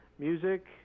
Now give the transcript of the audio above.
music